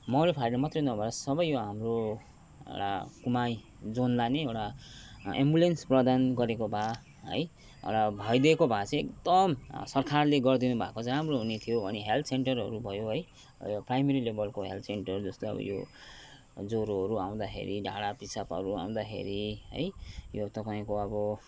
मौरे फारीलाई मात्रै नभएर सबै यो हाम्रो एउटा कुमाई जोनलाई नै एउटा एम्बुलेन्स प्रदान गरेको भए है एउटा भइदिएको भए चाहिँ एकदम सरकारले गरिदिनु भएको चाहिँ राम्रो हुनेथियो अनि हेल्थ सेन्टरहरू भयो है यो प्राइमेरी लेबलको हेल्थ सेन्टर जस्तो अब यो ज्वरोहरू आउँदाखेरि झाडापिसाबहरू आउँदाखेरि है यो तपाईँको अब